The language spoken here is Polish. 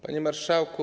Panie Marszałku!